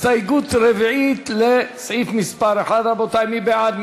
הסתייגות רביעית לסעיף מס' 1. רבותי, מי בעד?